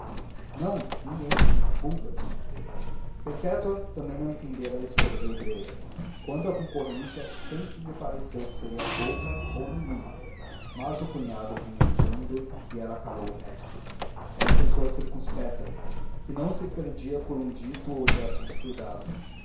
não ninguém pulgas perpétua também não entendera a escolha da igreja quanto à concorrência sempre lhe pareceu que seria pouca ou nenhuma mas o cunhado vinha entrando e ela calou o resto era pessoa circunspecta que não se perdia por um dito ou gesto descuidado